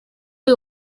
uyu